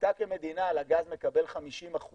אתה כמדינה על הגז מקבל 50%